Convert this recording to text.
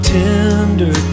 tender